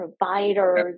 providers